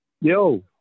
yo